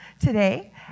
today